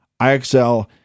IXL